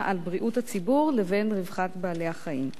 על בריאות הציבור לבין רווחת בעלי-החיים.